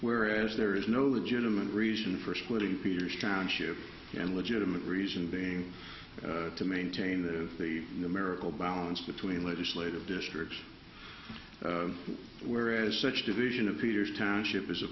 whereas there is no legitimate reason for splitting peters township and legitimate reason being to maintain the numerical balance between legislative districts whereas such division appears township is a